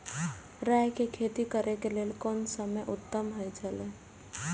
राय के खेती करे के लेल कोन समय उत्तम हुए छला?